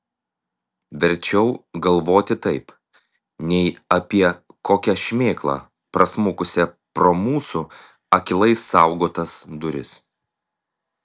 verčiau galvoti taip nei apie kokią šmėklą prasmukusią pro mūsų akylai saugotas duris